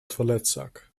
toiletzak